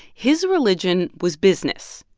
his religion was business.